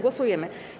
Głosujemy.